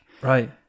Right